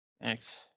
Thanks